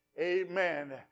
Amen